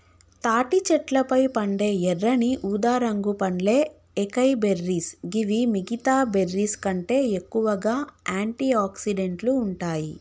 తాటి చెట్లపై పండే ఎర్రని ఊదారంగు పండ్లే ఏకైబెర్రీస్ గివి మిగితా బెర్రీస్కంటే ఎక్కువగా ఆంటి ఆక్సిడెంట్లు ఉంటాయి